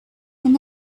and